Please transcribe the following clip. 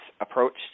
approached